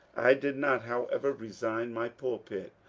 i did not, however, resign my pulpit,